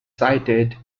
cited